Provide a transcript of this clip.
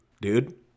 dude